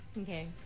Okay